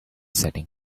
setting